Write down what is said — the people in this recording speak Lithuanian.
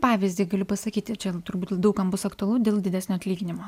pavyzdį galiu pasakyti čia turbūt daug kam bus aktualu dėl didesnio atlyginimo